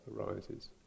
arises